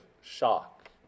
shock